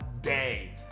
day